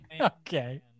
Okay